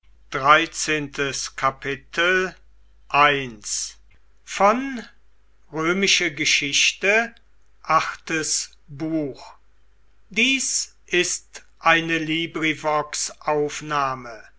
sind ist eine